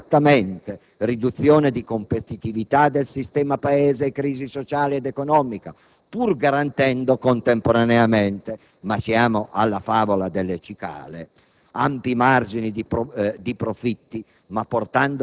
del lavoro e nel lavoro, producono esattamente riduzione di competitività del sistema Paese e crisi sociale ed economica, pur garantendo contemporaneamente, ma siamo alla favola delle cicale,